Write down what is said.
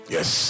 Yes